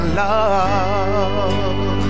love